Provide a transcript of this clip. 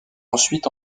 ensuite